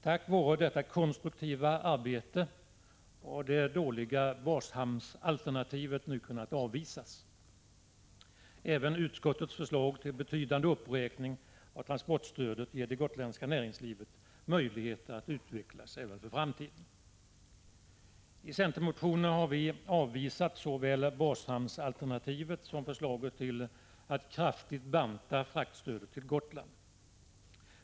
Tack vare detta konstruktiva arbete har det dåliga bashamnsalternativet nu kunnat avvisas. Även utskottets förslag till betydande uppräkning av transportstödet ger det gotländska näringslivet möjligheter att utvecklas för framtiden. I centermotioner har vi avvisat såväl bashamnsalternativet som förslaget att kraftigt banta fraktstödet till Gotland.